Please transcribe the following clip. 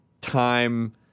time